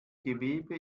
gewebe